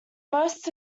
most